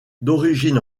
d’origine